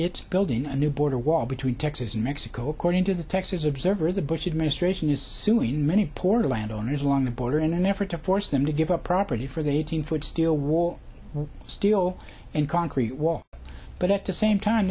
it's building a new border wall between texas and mexico according to the texas observer the bush administration is suing many poor landowners along the border in an effort to force them to give up property for the eight hundred foot steel wall steel and concrete wall but at the same time